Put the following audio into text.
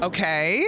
Okay